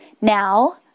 Now